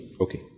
Okay